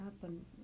happen